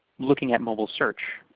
looking at mobile search.